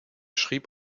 schrieb